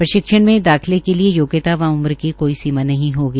प्रशिक्षण में दाखिले के लिये योग्यता व उम्र की कोई सीमा नहीं होगी